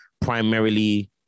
primarily